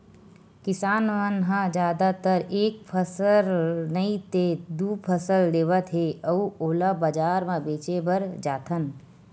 किसान मन ह जादातर एक फसल नइ ते दू फसल लेवत हे अउ ओला बजार म बेचे बर जाथन